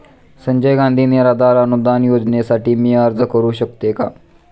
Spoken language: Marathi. संजय गांधी निराधार अनुदान योजनेसाठी मी अर्ज करू शकते का?